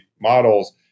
models